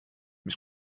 mis